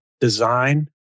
design